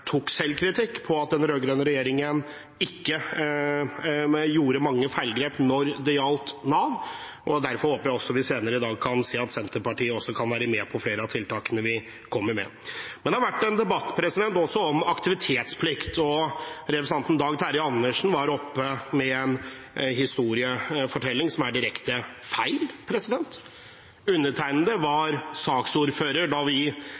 tok selvkritikk på at den rød-grønne regjeringen ikke gjorde mange feilgrep når det gjaldt Nav, og derfor håper jeg også at vi senere i dag kan se at Senterpartiet kan være med på flere av tiltakene vi kommer med. Det har vært en debatt også om aktivitetsplikt, og representanten Dag Terje Andersen var oppe med en historiefortelling som er direkte feil. Undertegnede var saksordfører da vi